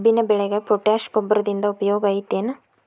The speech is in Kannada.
ಕಬ್ಬಿನ ಬೆಳೆಗೆ ಪೋಟ್ಯಾಶ ಗೊಬ್ಬರದಿಂದ ಉಪಯೋಗ ಐತಿ ಏನ್?